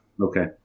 Okay